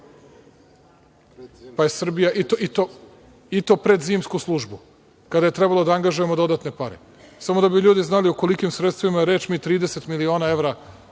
pa je Srbija, i to pred zimsku službu, kada je trebalo da angažujemo dodatne pare, samo da bi ljudi znali o kolikim sredstvima je reč mi 30 miliona evra